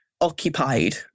occupied